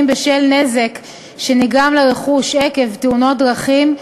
בשל נזק שנגרם לרכוש עקב תאונת דרכים,